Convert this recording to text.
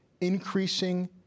increasing